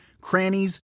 crannies